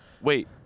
Wait